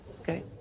Okay